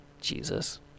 Jesus